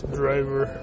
driver